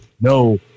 no